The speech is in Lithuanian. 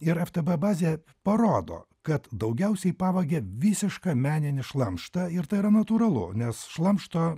ir ftb bazė parodo kad daugiausiai pavagia visišką meninį šlamštą ir tai yra natūralu nes šlamšto